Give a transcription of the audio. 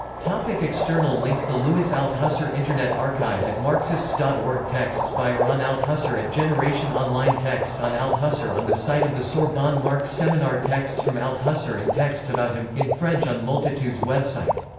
like external links the louis althusser internet archive at marxists dot org texts by or on althusser at generation-online texts on althusser on the site of the sorbonne marx seminar texts from althusser and texts about him in french on multitudes website.